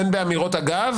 בין באמירות אגב.